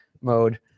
mode